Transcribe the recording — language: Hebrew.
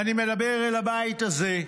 אני מדבר אל הבית הזה,